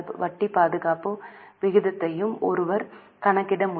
வட்டி பாதுகாப்பு விகிதத்தையும் ஒருவர் கணக்கிட முடியும்